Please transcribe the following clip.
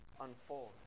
unfold